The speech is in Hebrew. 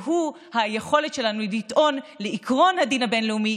והוא היכולת שלנו לטעון לעקרון הדין הבין-לאומי,